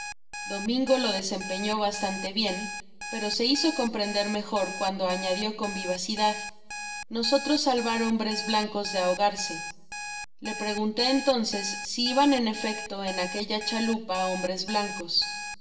domingo lo desempeñó bastante bien pero se hizo comprender mejor cuando añadió con vivacidad nosotros salvar hombres blancos de ahogarse le pregunte entonces si iban en efecto en aquella chalupa hombres blancos